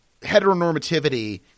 heteronormativity